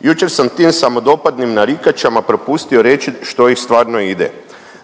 „Jučer sam tim samodopadnim narikačama propustio reći što ih stvarno ide.